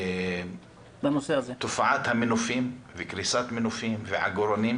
לתופעת המנופים וקריסת מנופים ועגורנים,